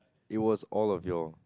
it was all of you all